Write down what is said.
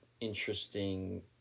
interesting